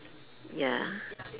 ya